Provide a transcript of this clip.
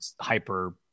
hyper